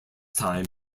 time